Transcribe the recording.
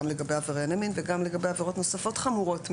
לגבי עברייני מין וגם לגבי עבירות נוספות חמורות מאוד.